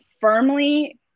firmly